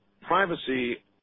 privacy